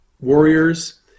warriors